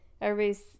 Everybody's